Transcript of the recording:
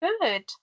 Good